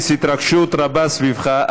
ההתרגשות רבה סביבך.